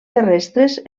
terrestres